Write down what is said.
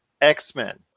X-Men